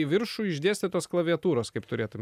į viršų išdėstytos klaviatūros kaip turėtum